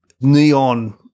neon